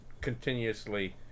continuously